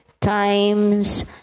Times